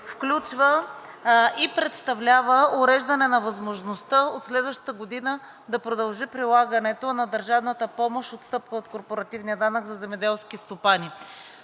включва и представлява уреждане на възможността от следващата година да продължи прилагането на държавната помощ, отстъпка от корпоративния данък за земеделски стопани.